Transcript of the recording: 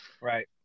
Right